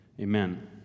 amen